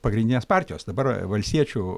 pagrindinės partijos dabar valstiečių